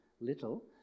little